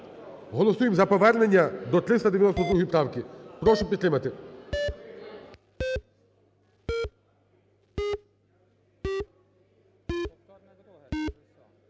Голосуємо за повернення до 392 правки. Прошу підтримати.